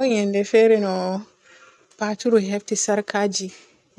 ɗon yende fere no paturu hefti sarkaji